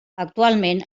actualment